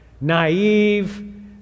naive